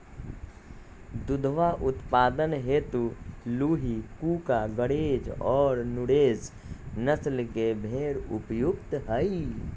दुधवा उत्पादन हेतु लूही, कूका, गरेज और नुरेज नस्ल के भेंड़ उपयुक्त हई